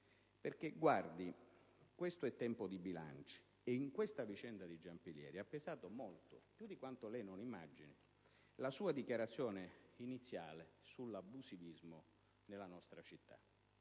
ragione. Questo è tempo di bilanci, e nella vicenda di Giampilieri ha pesato molto, più di quanto lei non immagini, la sua dichiarazione iniziale sull'abusivismo nella nostra città.